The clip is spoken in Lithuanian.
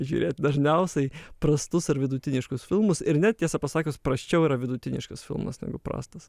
žiūrėt dažniausiai prastus ar vidutiniškus filmus ir net tiesą pasakius prasčiau yra vidutiniškas filmas negu prastas